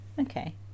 okay